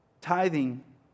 Tithing